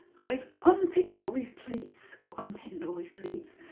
i've unpicked all these pleats, or unpinned all these pleats.